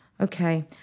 Okay